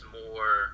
more